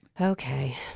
Okay